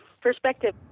perspective